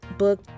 book